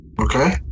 Okay